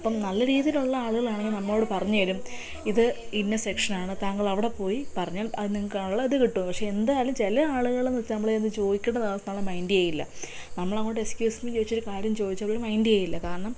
അപ്പം നല്ല രീതിയിലുള്ള ആളുകളാണെങ്കിൽ നമ്മളോട് പറഞ്ഞ് തരും ഇത് ഇന്ന സെക്ഷനാണ് താങ്കൾ അവിടെ പോയി പറഞ്ഞാൽ അത് നിൽക്കാനുള്ള ഇത് കിട്ടും എന്തായാലും ചില ആളുകളെന്ന് വച്ചാൽ നമ്മൾ ചോദിക്കേണ്ട സ്ഥാനത്തുള്ള ആള് മൈൻഡ് ചെയ്യില്ല നമ്മളങ്ങോട്ട് എക്സ്ക്യൂസ് മി ചോദിച്ച് ഒരു കാര്യം ചോദിച്ചാൽ മൈൻഡ് ചെയ്യില്ല കാരണം